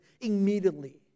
immediately